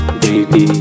baby